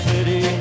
City